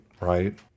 right